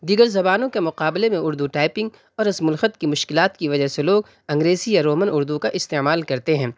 دیگر زبانوں کے مقابلے میں اردو ٹائپنگ اور رسم الخط کی مشکلات کی وجہ سے لوگ انگریزی یا رومن اردو کا استعمال کرتے ہیں